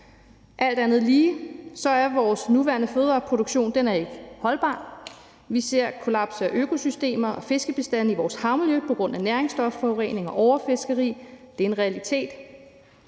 Alt andet lige er vores nuværende fødevareproduktion ikke holdbar. Vi ser kollaps af økosystemer og fiskebestandene i vores havmiljø på grund af næringsstofforurening og overfiskeri. Det er en realitet.